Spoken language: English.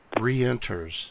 re-enters